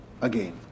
Again